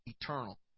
eternal